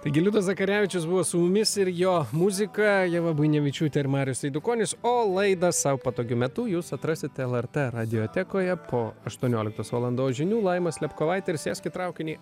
taigi liudas zakarevičius buvo su mumis ir jo muzika ieva buinevičiūtė ir marius eidukonis o laidą sau patogiu metu jūs atrasite lrt radiotekoje po aštuonioliktos valandos žinių laima slėpkovaitė ir sėsk į traukinį